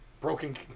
broken